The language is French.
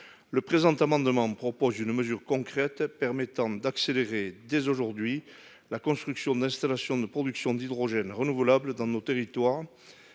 Le présent amendement vise à instaurer une mesure concrète permettant d'accélérer dès aujourd'hui la construction d'installations de production d'hydrogène renouvelable dans nos territoires.